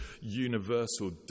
universal